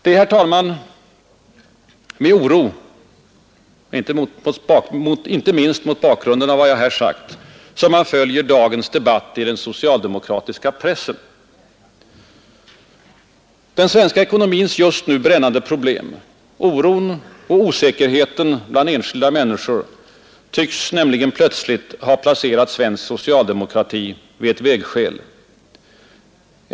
Det är, herr talman, med oro — inte minst mot bakgrund av vad jag här sagt — som man följer dagens debatt i den socialdemokratiska pressen. Den svenska ekonomins just nu brännande problem, oron och osäkerheten bland enskilda människor, tycks nämligen plötsligt ha placerat svensk socialdemokrati vid ett vägskäl.